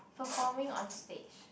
performing on stage